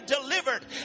delivered